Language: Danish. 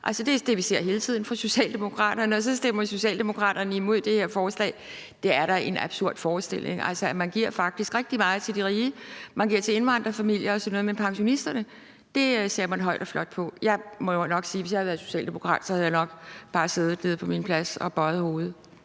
Altså, det er det, vi hele tiden ser fra Socialdemokraternes side, og så stemmer Socialdemokraterne imod det her forslag. Det er da en absurd forestilling. Man giver faktisk rigtig meget til de rige, man giver til indvandrerfamilier og sådan noget, men pensionisterne blæser man højt og flot på. Jeg må jo nok sige, at hvis jeg havde været socialdemokrat, havde jeg bare siddet nede på min plads og bøjet hovedet.